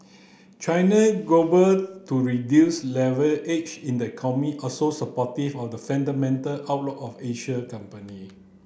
China to reduce leverage in the also supportive of the fundamental outlook of Asian company